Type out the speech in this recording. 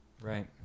Right